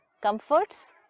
Comforts